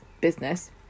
business